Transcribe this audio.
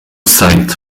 site